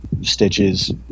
stitches